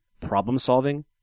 problem-solving